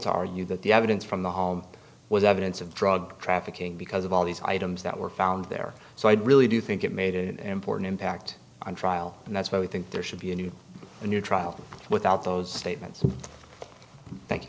to argue that the evidence from the home was evidence of drug trafficking because of all these items that were found there so i really do think it made an important impact on trial and that's why we think there should be a new a new trial without those statements thank you